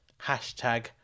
Hashtag